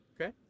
Okay